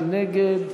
מי נגד?